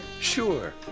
Sure